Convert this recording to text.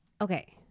okay